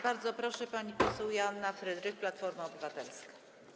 Bardzo proszę, pani poseł Joanna Frydrych, Platforma Obywatelska.